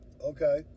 Okay